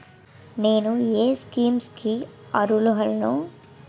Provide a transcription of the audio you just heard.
నేను ఏ స్కీమ్స్ కి అరుహులను?